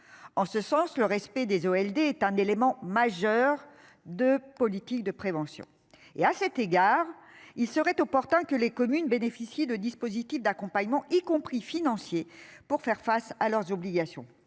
En ce sens, le respect des eaux Elder est un élément majeur de politique de prévention et à cet égard, il serait opportun que les communes bénéficier de dispositifs d'accompagnement, y compris financiers pour faire face à leurs obligations.